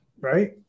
Right